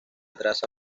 traza